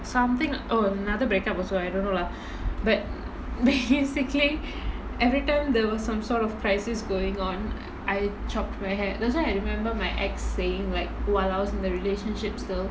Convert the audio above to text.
something oh another break up also I don't know lah but basically everytime there was some sort of crisis going on I chopped my hair that's why I remember my ex saying like while I was in the relationship still